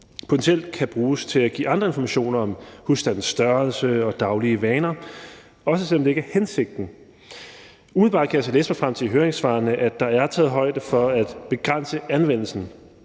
potentielt kan bruges til at give andre informationer, f.eks. om husstandens størrelse og daglige vaner, også selv om det ikke er hensigten. Umiddelbart kan jeg så læse mig frem til i høringssvarene, at der er taget højde for at begrænse anvendelsen,